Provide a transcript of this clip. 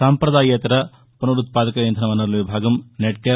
సంఘదాయేతర పునరుత్పాదక ఇంధన వనరుల విభాగం నెడ్క్యాప్